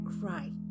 cry